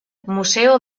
museo